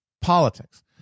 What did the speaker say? politics